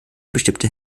bestimmte